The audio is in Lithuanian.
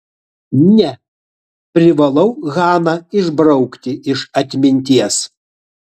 ne privalau haną išbraukti iš atminties